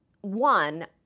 one